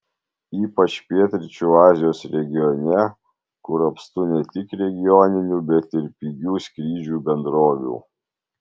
ypač pietryčių azijos regione kur apstu ne tik regioninių bet ir pigių skrydžių bendrovių